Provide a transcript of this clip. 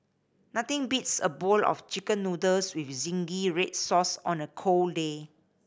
nothing beats a bowl of Chicken Noodles with zingy red sauce on a cold day